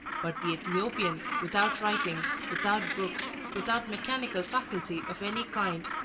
but the ethiopian, without writing, without books, without mechanical faculty of any kind,